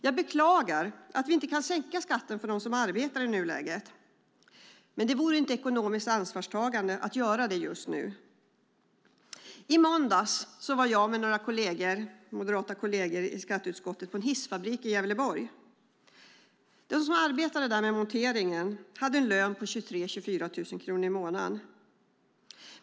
Jag beklagar att vi i nuläget inte kan sänka skatten för dem som arbetar. Men det vore inte ekonomiskt ansvarstagande att göra det just nu. I måndags var jag och några moderata kolleger i skatteutskottet på en hissfabrik i Gävleborg. De som arbetar där med monteringen har en lön på 23 000-24 000 kronor i månaden.